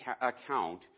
account